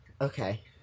okay